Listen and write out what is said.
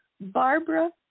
Barbara